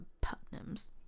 Putnam's